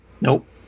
Nope